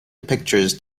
pictures